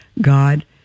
God